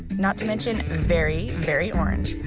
not to mention very, very orange,